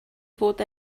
fod